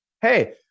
hey